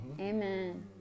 Amen